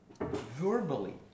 verbally